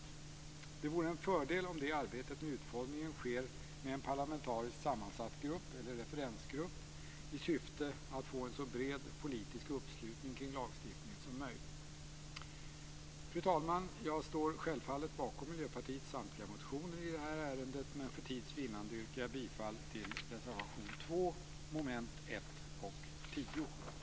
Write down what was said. Det vore en fördel om arbetet med utformningen sker med en parlamentariskt sammansatt grupp eller referensgrupp i syfte att få en så bred politisk uppslutning kring lagstiftningen som möjligt. Fru talman! Jag står självfallet bakom Miljöpartiets samtliga motioner i ärendet, men för tids vinnande yrkar jag bifall till endast reservation 2 under mom. 1